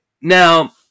Now